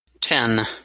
Ten